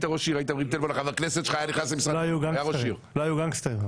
לא היו גנגסטרים.